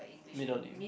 middle name